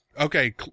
okay